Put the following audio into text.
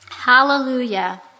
Hallelujah